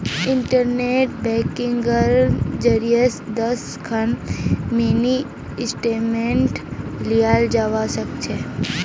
internet बैंकिंगेर जरियई स दस खन मिनी स्टेटमेंटक लियाल जबा स ख छ